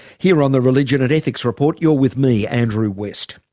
here on the religion and ethics report you're with me, andrew west